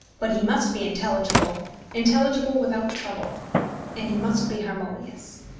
but he must be intelligible intelligible without trouble and he must be harmonious.